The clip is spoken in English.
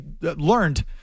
learned